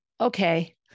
Okay